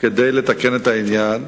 כדי לתקן את העניין.